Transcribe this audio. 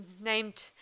named